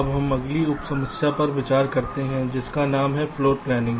अब हम अगली उप समस्या पर विचार करते हैं जिसका नाम है फ्लोर प्लानिंग